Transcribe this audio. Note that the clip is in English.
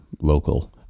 local